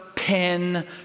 pen